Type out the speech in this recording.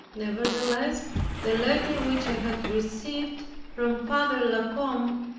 nevertheless the letter which i had received from father la combe,